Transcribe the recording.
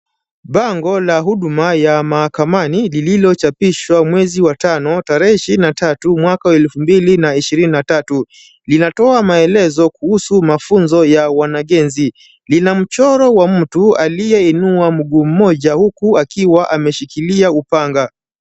Bango la huduma ya mahakamani lililochapishwa mwezi wa tano tarehe ishirini na tatu mwaka wa elfu mbili na ishirini na tatu. Inatoa maelezo kuhusu mafunzo ya wanagenzi, lina mchoro wa mtu aliyeinua mguu mmoja huku akiwa ameshikilia upanga.